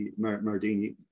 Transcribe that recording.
Mardini